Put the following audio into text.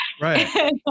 Right